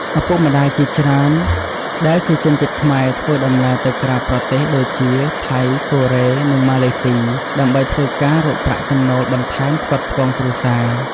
ឪពុកម្តាយជាច្រើន ដែលជាជនជាតិខ្មែរធ្វើដំណើរទៅក្រៅប្រទេស ដូចជា ថៃ កូរ៉េ និងម៉ាឡេស៊ី ដើម្បីធ្វើការរកប្រាក់ចំណូលបន្ថែមផ្គត់ផ្គង់គ្រួសារ។